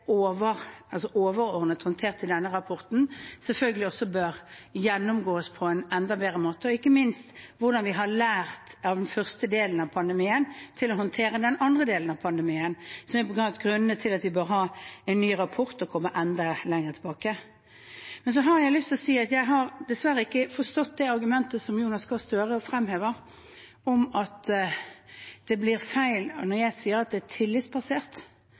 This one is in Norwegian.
overordnet håndtert i denne rapporten, selvfølgelig også bør gjennomgås på en enda bedre måte, ikke minst hvordan vi har lært av den første delen av pandemien når det gjelder å håndtere den andre delen av pandemien. Det er bl.a. grunnen til at vi bør ha en ny rapport og komme enda lenger tilbake. Så har jeg lyst til å si at jeg dessverre ikke har forstått det argumentet som Jonas Gahr Støre fremhever, om at det blir feil når jeg sier at det var tillitsbasert,